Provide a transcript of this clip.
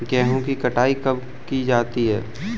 गेहूँ की कटाई कब की जाती है?